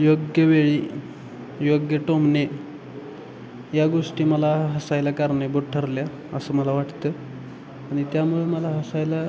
योग्य वेळी योग्य टोमणे या गोष्टी मला हसायला कारणीभूत ठरल्या असं मला वाटतं आणि त्यामुळे मला हसायला